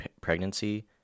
pregnancy